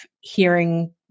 hearing